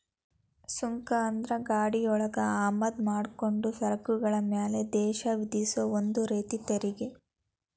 ಸುಂಕ ಅಂದ್ರ ಗಡಿಯೊಳಗ ಆಮದ ಮಾಡ್ಕೊಂಡ ಸರಕುಗಳ ಮ್ಯಾಲೆ ದೇಶ ವಿಧಿಸೊ ಒಂದ ರೇತಿ ತೆರಿಗಿ